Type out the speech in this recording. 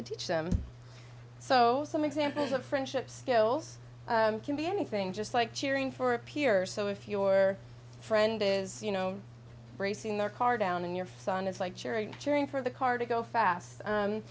to teach them so some examples of friendship skills can be anything just like cheering for a peer so if your friend is you know racing their car down and your son is like cheering cheering for the car to go fast